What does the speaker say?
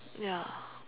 ya